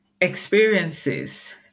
experiences